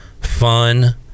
fun